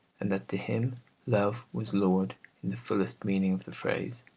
and that to him love was lord in the fullest meaning of the phrase.